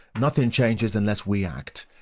nothing changes unless we act,